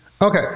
Okay